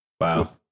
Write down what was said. Wow